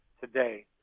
today